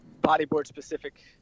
bodyboard-specific